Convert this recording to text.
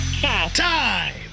Time